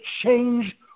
change